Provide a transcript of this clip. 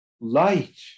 light